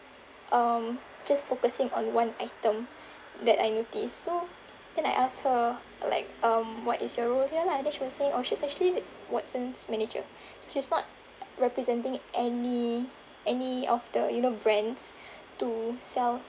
um just focusing on one item that I notice so then I ask her like um what is your role here lah and then she was saying oh she's actually Watsons manager she's not representing any any of the you know brands to sell